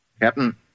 Captain